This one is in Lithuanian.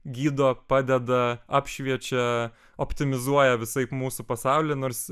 gydo padeda apšviečia optimizuoja visaip mūsų pasaulį nors